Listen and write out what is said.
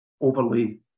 overly